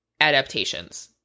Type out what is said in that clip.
adaptations